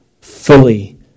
fully